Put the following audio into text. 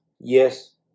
Yes